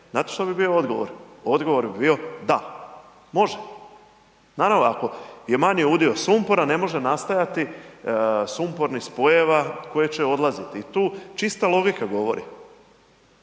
znate što bi bio odgovor? Odgovor bi bio da. Može. Naravno ako je manji udio sumpora, ne može nastajati sumpornih spojeva koji će odlaziti i tu čista logika govori.